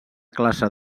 classe